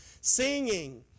singing